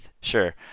Sure